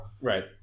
Right